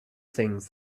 things